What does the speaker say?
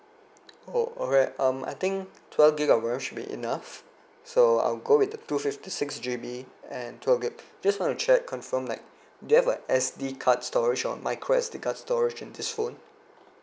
oh alright um I think twelve gig of RAM should be enough so I'll go with the two fifty six G_B and twelve gig just want to check confirm like they have a S_D card storage or micro S_D card storage in this phone